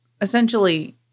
essentially